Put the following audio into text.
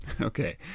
Okay